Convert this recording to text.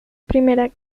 primera